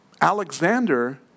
Alexander